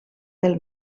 del